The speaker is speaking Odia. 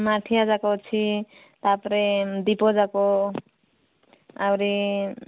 ମାଠିଆ ଯାକ ଅଛି ତା'ପରେ ଦୀପ ଯାକ ଆହୁରି